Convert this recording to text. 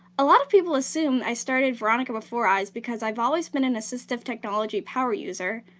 a lot of people assume i started veronica with four eyes because i've always been an assistive technology power user.